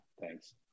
Thanks